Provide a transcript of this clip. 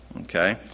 Okay